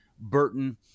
Burton